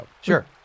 Sure